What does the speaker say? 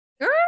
Girl